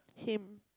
him